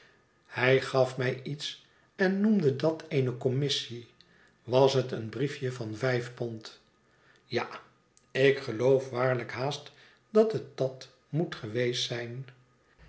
hij gaf mij iets en noemde dat eene commissie was het een briefje van vijf pond ja ik geloof waarlijk haast dat het dat moet geweest zijn